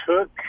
took